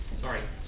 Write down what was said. Sorry